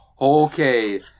okay